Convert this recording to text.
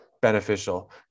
beneficial